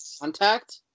contact